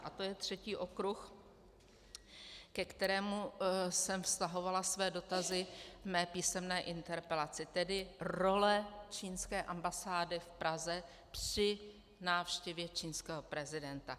A to je třetí okruh, ke kterém jsem vztahovala své dotazy ve své písemné interpelaci, tedy role čínské ambasády v Praze při návštěvě čínského prezidenta.